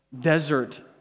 desert